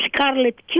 scarlet